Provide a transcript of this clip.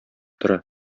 тора